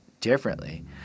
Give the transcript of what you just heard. differently